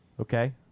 okay